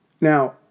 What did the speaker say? Now